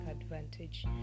advantage